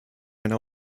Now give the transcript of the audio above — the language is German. einen